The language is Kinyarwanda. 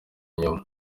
inyuma